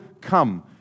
come